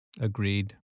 Agreed